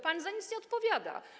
Pan za nic nie odpowiada.